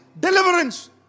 deliverance